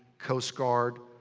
coast guard.